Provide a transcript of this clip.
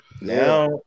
Now